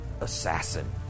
assassin